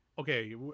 Okay